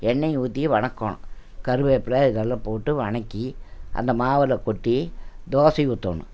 எண்ணெயை ஊற்றி வணக்கணும் கருவேப்பிலை இதெல்லாம் போட்டு வணக்கி அந்த மாவில் கொட்டி தோசை ஊற்றணும்